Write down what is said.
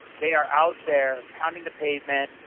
they are out there pounding the pavement,